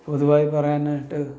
പൊതുവായി പറയാനായിട്ട്